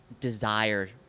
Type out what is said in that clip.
desire